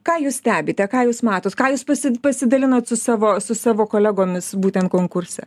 ką jūs stebite ką jūs matot ką jūs pasi pasidalinot su savo su savo kolegomis būtent konkurse